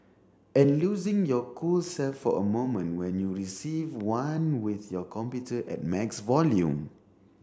and losing your cool self for a moment when you receive one with your computer at max volume